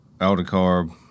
AldiCarb